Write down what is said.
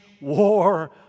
war